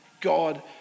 God